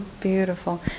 beautiful